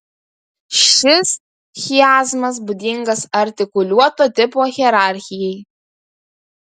šis chiazmas būdingas artikuliuoto tipo hierarchijai